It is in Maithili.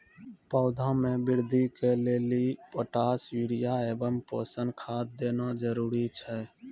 पौधा मे बृद्धि के लेली पोटास यूरिया एवं पोषण खाद देना जरूरी छै?